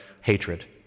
hatred